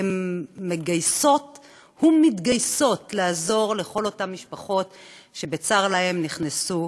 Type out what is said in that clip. והם מגייסים ומתגייסים לעזור לכל אותן משפחות שבצר להן נכנסו